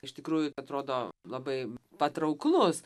iš tikrųjų atrodo labai patrauklus